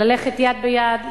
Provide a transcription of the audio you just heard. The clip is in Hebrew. ללכת יד ביד,